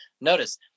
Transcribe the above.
notice